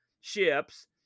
ships